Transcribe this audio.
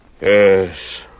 Yes